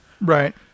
Right